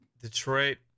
Detroit